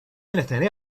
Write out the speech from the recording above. anything